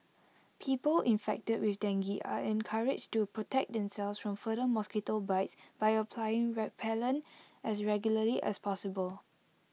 people infected with dengue are encouraged to protect themselves from further mosquito bites by applying repellent as regularly as possible